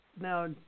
Now